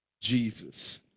Jesus